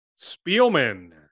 Spielman